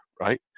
right